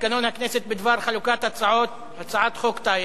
לתקנון הכנסת בדבר חלוקת הצעת חוק הטיס,